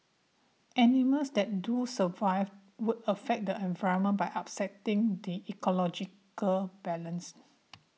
animals that do survive would affect the environment by upsetting the ecological balance